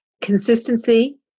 Consistency